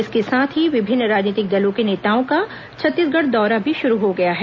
इसके साथ ही विभिन्न राजनीतिक दलों के नेताओं का छत्तीसगढ़ दौरा भी शुरू हो गया है